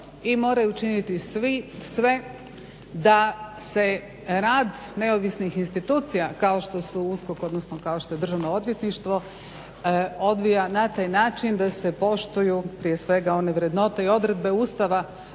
i moraju učiniti svi sve da se rad neovisnih institucija kao što su USKOK odnosno kao što je Državno odvjetništvo odvija na taj način da se poštuju prije svega one vrednote i odredbe Ustava